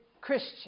Christian